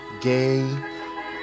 gay